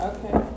Okay